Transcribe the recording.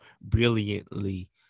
brilliantly